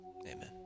Amen